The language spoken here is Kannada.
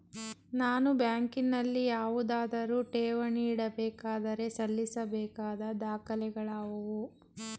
ನಾನು ಬ್ಯಾಂಕಿನಲ್ಲಿ ಯಾವುದಾದರು ಠೇವಣಿ ಇಡಬೇಕಾದರೆ ಸಲ್ಲಿಸಬೇಕಾದ ದಾಖಲೆಗಳಾವವು?